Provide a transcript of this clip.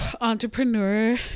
entrepreneur